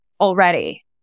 already